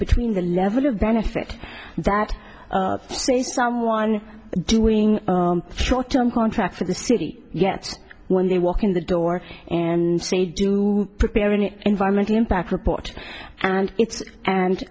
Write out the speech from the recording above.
between the level of benefit that say someone doing short term contract for the city yet when they walk in the door and say do prepare an environmental impact report and it's and